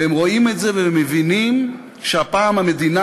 והם רואים את זה ומבינים שהפעם המדינה